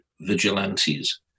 vigilantes